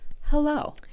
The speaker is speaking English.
Hello